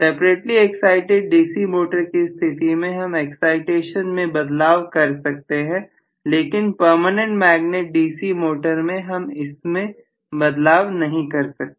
separately excited DC motor की स्थिति में हम एक्साइटेशन मैं बदलाव कर सकते हैं लेकिन परमानेंट मैग्नेट डीसी मोटर में हम इसको नहीं बदल सकते